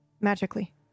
Magically